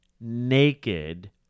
naked